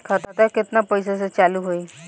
खाता केतना पैसा से चालु होई?